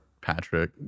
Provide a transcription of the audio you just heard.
patrick